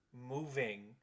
moving